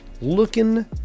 looking